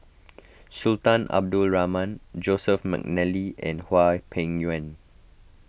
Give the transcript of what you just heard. Sultan Abdul Rahman Joseph McNally and Hwang Peng Yuan